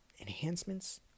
enhancements